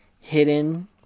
hidden